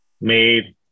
made